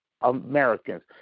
Americans